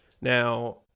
Now